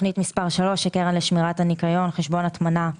תוכנית 3, הקרן לשמירת הניקיון, חשבון הטמנה,